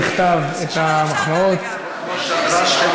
התשע"ז 2017,